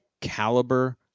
caliber